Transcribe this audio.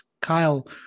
Kyle